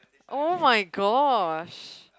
[oh]-my-gosh